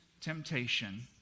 temptation